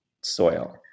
soil